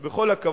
אז בכל הכבוד,